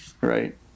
right